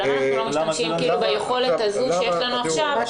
למה אנחנו לא משתמשים ביכולת הזו שיש לנו עכשיו?